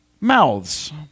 mouths